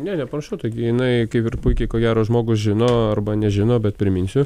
ne nepamiršau taigi jinai kaip ir puikiai ko gero žmogus žino arba nežino bet priminsiu